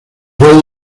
rey